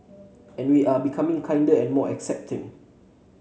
and we are becoming kinder and more accepting